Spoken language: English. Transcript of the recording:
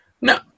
No